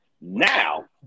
Now